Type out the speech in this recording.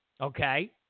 okay